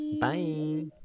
Bye